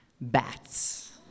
bats